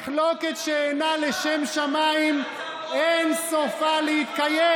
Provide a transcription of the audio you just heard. קורח זה פשוט עניין של מנהיג מושחת שרצה עוד ועוד.